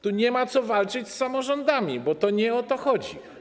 Tu nie ma co walczyć z samorządami, bo nie o to tu chodzi.